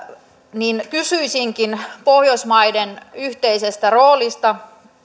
niin kysyisinkin pohjoismaiden yhteisestä roolista